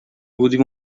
بودیم